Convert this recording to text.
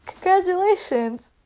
congratulations